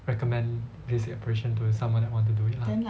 recommend lasik operation to the someone that want to do it lah